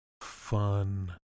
Fun